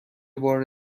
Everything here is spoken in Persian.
بار